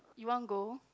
you want go